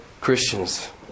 Christians